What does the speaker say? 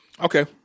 Okay